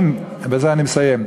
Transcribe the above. בזה אני מסיים,